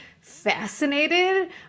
fascinated